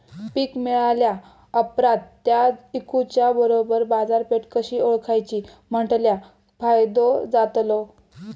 पीक मिळाल्या ऑप्रात ता इकुच्या बरोबर बाजारपेठ कशी ओळखाची म्हटल्या फायदो जातलो?